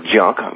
junk